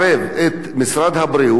את קופות-החולים הקיימות,